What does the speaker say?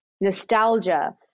nostalgia